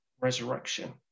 resurrection